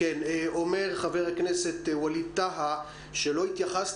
אומר חבר הכנסת ווליד טאהא שלא התייחסת